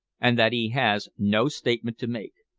and that he has no statement to make.